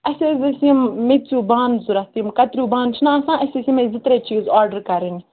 اَسہِ حظ ٲسۍ یِم میٚژِو بانہٕ ضوٚرَتھ یِم کَتریو بانہٕ چھِنہٕ آسان اَسہِ ٲسۍ یِمے زٕ ترٛےٚ چیٖز آرڈَر کَرٕنۍ